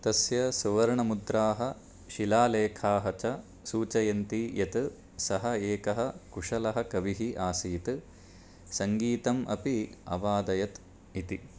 तस्य सुवर्णमुद्राः शिलालेखाः च सूचयन्ति यत् सः एकः कुशलः कविः आसीत् सङ्गीतम् अपि अवादयत् इति